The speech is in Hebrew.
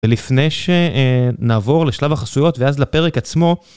ולפני שנעבור לשלב החסויות ואז לפרק עצמו.